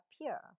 appear